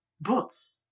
books